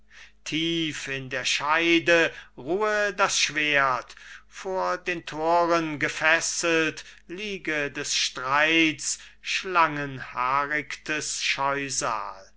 tief in der scheide ruhe das schwert vor den thoren gefesselt liege des streits